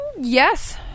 Yes